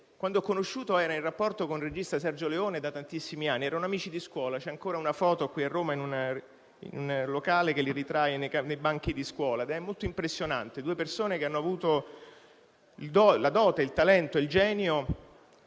che ho conosciuto quando era in rapporto con il regista Sergio Leone da tantissimi anni; erano amici di scuola, c'è ancora una foto qui a Roma in un locale che li ritrae sui banchi di scuola. È molto impressionante: due persone che hanno avuto in dote il talento e il genio